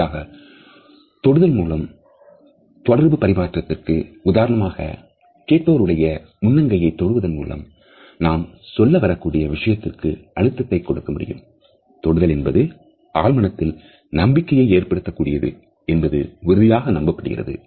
இறுதியாக தொடுதல் மூலம் தொடர்பு பரிமாற்றத்திற்கு உதாரணமாக கேட்பவர் உடைய முன்னங்கையை தொடுவதன் மூலம் நாம் சொல்ல வரக்கூடிய விஷயத்திற்கு அழுத்தத்தை கொடுக்க முடியும் தொடுதல் என்பது ஆழ் மனத்தில் நம்பிக்கையை ஏற்படுத்த கூடியது என்பது உறுதியாக நம்பப்படுகிறது